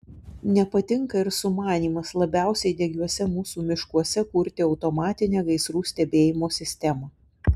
nepatinka ir sumanymas labiausiai degiuose mūsų miškuose kurti automatinę gaisrų stebėjimo sistemą